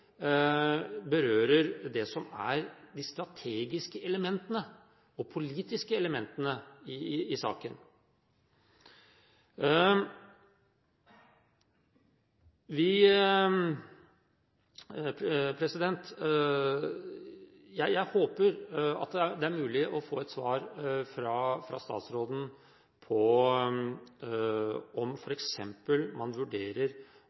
berører hun de strategiske og politiske elementene i saken. Jeg håper at det er mulig å få et svar fra statsråden på om man f.eks. vurderer